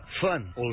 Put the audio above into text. fun